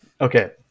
Okay